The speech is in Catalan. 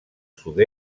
sud